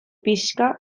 pixka